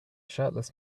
shirtless